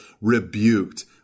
rebuked